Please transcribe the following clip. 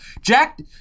Jack